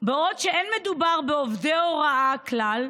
בעוד שאין מדובר בעובדי הוראה כלל,